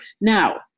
Now